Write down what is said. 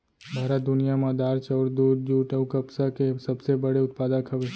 भारत दुनिया मा दार, चाउर, दूध, जुट अऊ कपास के सबसे बड़े उत्पादक हवे